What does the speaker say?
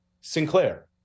Sinclair